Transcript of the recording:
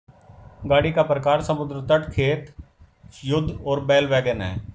गाड़ी का प्रकार समुद्र तट, खेत, युद्ध और बैल वैगन है